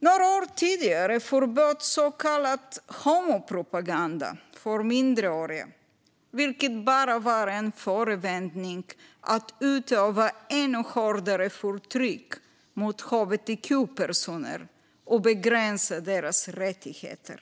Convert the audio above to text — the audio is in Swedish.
Några år tidigare förbjöds så kallad "homopropaganda" för minderåriga, vilket bara var en förevändning att utöva ännu hårdare förtryck mot hbtq-personer och begränsa deras rättigheter.